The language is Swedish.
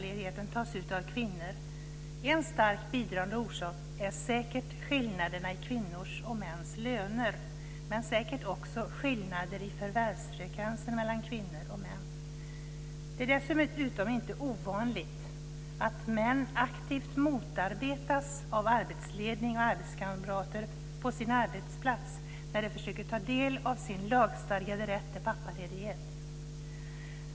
En starkt bidragande orsak är säkert skillnaderna i kvinnors och mäns löner men säkert också skillnader i förvärvsfrekvensen mellan kvinnor och män. Det är dessutom inte ovanligt att män aktivt motarbetas av arbetsledning och arbetskamrater på sin arbetsplats när de försöker ta del av sin lagstadgade rätt till pappaledighet.